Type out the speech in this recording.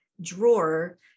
drawer